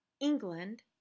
England